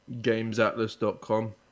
gamesatlas.com